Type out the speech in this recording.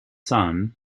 son